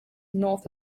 north